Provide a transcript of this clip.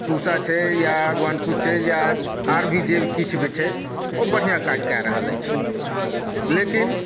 पूसा छै या अगवानपुर छै या आओर भी जे किछु भी छै ओ बढ़िआँ काज कऽ रहल अछि लेकिन